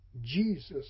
Jesus